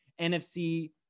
NFC